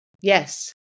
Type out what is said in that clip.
Yes